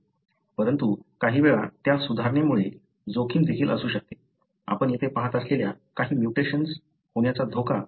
परंतु काही वेळा त्या सुधारणेमुळे जोखीम देखील असू शकते आपण येथे पहात असलेल्या काही म्युटेशन्स होण्याचा धोका असू शकतो